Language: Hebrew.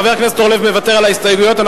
חבר הכנסת אורלב מוותר על ההסתייגויות.